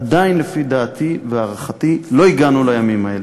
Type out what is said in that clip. עדיין, לפי דעתי והערכתי, לא הגענו לימים האלה.